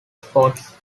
sports